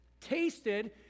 tasted